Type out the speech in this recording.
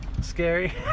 scary